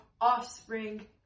offspring